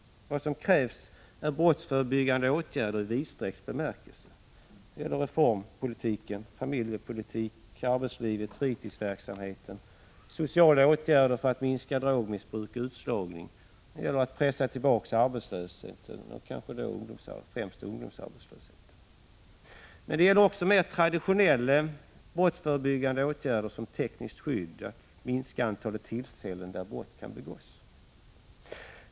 Vad som krävs är brottsförebyggande åtgärder i vidsträckt bemärkelse, alltså reformer inom familjepolitiken, arbetslivet, fritidsverksamheten och sociala åtgärder för att minska drogmissbruk och utslagning. Det gäller att pressa tillbaka arbetslösheten och kanske särskilt ungdomsarbetslösheten. Men det gäller också att genom mer traditionella brottsförebyggande åtgärder som tekniskt skydd minska antalet tillfällen där brott kan begås.